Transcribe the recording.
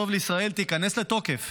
טוב לישראל" תיכנס לתוקף,